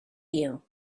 you